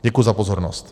Děkuji za pozornost.